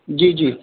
जी जी